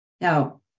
Now